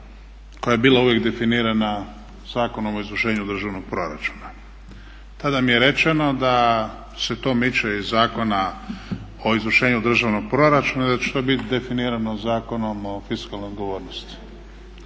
koja je bila uvijek definirana Zakonom o izvršenju državnog proračuna. Tada mi je rečeno da se to miče iz Zakona o izvršenju državnog proračuna i da će to biti definirano Zakonom o fiskalnoj odgovornosti.